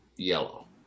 Yellow